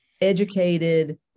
educated